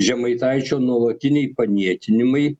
žemaitaičio nuolatiniai paniekinimai